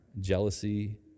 jealousy